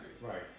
Right